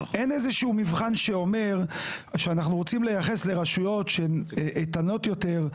אין איזשהו מבחן שאומר שאנחנו רוצים לייחס לרשויות איתנות יותר,